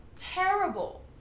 terrible